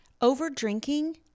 Overdrinking